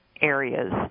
areas